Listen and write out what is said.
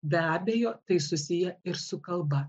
be abejo tai susiję ir su kalba